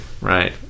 Right